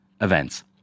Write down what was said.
events